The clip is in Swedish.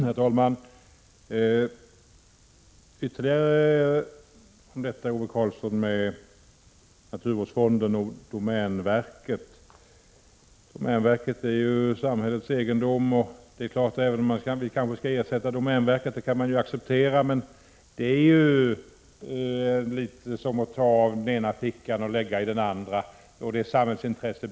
frågor Herr talman! Jag vill säga ytterligare något till Ove Karlsson om naturvårdsfonden och domänverket. Domänverket är samhällets egendom, och om det skall ha ersättning — vilket man kan acceptera — innebär det bara att pengar tas ur den ena fickan och läggs i den andra.